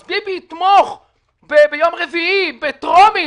אז ביבי יתמוך ביום רביעי בקריאה טרומית